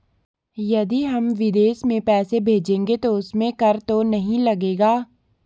यदि हम विदेश में पैसे भेजेंगे तो उसमें कर तो नहीं लगेगा?